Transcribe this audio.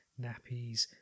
nappies